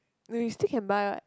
where we still can buy [what]